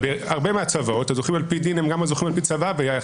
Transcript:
בהרבה מהצוואות הזוכים על-פי דין הם גם הזוכים על-פי צוואה.